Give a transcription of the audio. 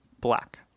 black